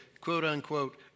quote-unquote